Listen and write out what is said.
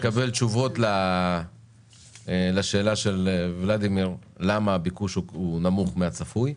תשובה על למה המימוש נמוך מהצפוי.